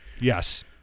yes